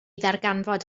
ddarganfod